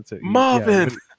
Marvin